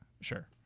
Sure